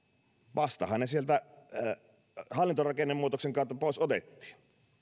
vastahan ne sieltä hallintorakennemuutoksen kautta pois otettiin